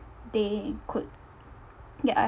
they could get a